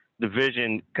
division